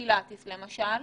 בפילאטיס למשל,